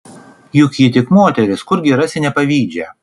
juk ji tik moteris kurgi rasi nepavydžią